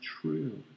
true